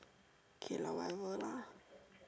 K lor whatever lah